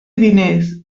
diners